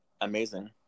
amazing